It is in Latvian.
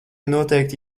noteikti